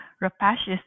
rapacious